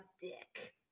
Dick